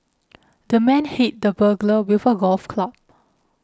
the man hit the burglar with a golf club